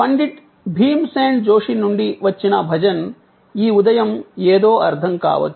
Pandit Bhimsen Joshi నుండి వచ్చిన భజన్ ఈ ఉదయం ఏదో అర్థం కావచ్చు